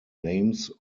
names